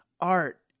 art